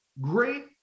great